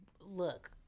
Look